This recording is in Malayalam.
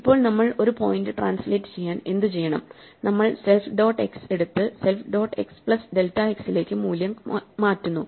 ഇപ്പോൾ നമ്മൾ ഒരു പോയിന്റ് ട്രാൻസ്ലേറ്റ് ചെയ്യാൻ എന്തുചെയ്യണം നമ്മൾ സെൽഫ് ഡോട്ട് എക്സ് എടുത്ത് self dot x plus delta x ലേക്ക് മൂല്യം മാറ്റുന്നു